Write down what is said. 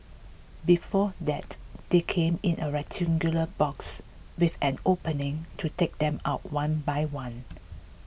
before that they came in a rectangular box with an opening to take them out one by one